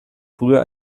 früher